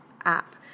app